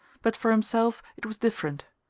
but for himself it was different.